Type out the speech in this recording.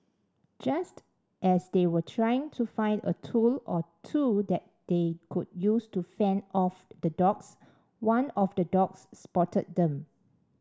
just as they were trying to find a tool or two that they could use to fend off the dogs one of the dogs spotted them